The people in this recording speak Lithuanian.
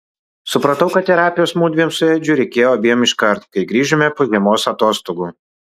supratau kad terapijos mudviem su edžiu reikėjo abiem iškart kai grįžome po žiemos atostogų